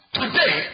today